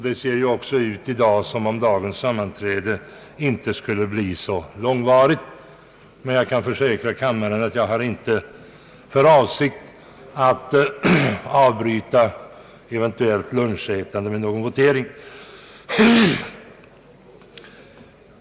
Det ser även ut som om dagens sammanträde inte skulle bli så långvarigt, och jag kan försäkra kammaren att jag inte har för avsikt att avbryta eventuell lunchpaus med någon votering.